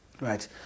Right